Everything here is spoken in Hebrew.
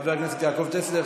חבר הכנסת יעקב טסלר,